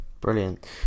brilliant